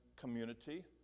community